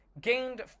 gained